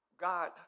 God